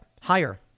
higher